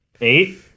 Eight